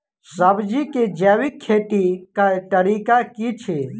सब्जी केँ जैविक खेती कऽ तरीका की अछि?